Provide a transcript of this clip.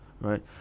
right